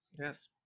Yes